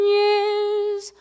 years